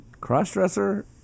cross-dresser